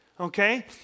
Okay